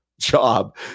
job